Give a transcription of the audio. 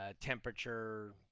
temperature